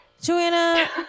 Joanna